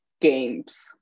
games